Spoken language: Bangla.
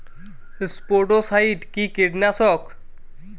স্পোডোসাইট কি কীটনাশক?